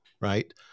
right